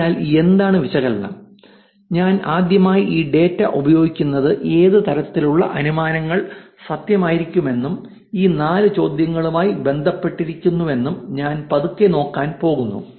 അതിനാൽ എന്താണ് വിശകലനം ഞാൻ ആദ്യമായി ഈ ഡാറ്റ ഉപയോഗിക്കുന്നത് ഏത് തരത്തിലുള്ള അനുമാനങ്ങൾ സത്യമായിരിക്കുമെന്നും ഈ നാല് ചോദ്യങ്ങളുമായി ബന്ധപ്പെട്ടിരിക്കുന്നുവെന്നും ഞാൻ പതുക്കെ നോക്കാൻ പോകുന്നു